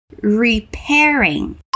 repairing